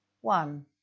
one